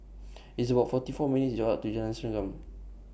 It's about forty four minutes' Walk to Jalan Serengam